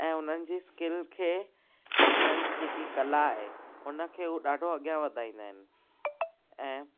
ऐं उन्हनि जी स्किल खे हुननि जी जेकी कला आहे उन खे हू ॾाढो अॻियां वधाईंदा आहिनि ऐं